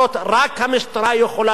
רק המשטרה יכולה לעשות.